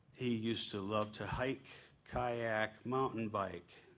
he used to love to hike, kayak, mountain bike.